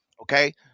Okay